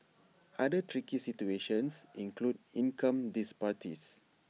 other tricky situations include income disparities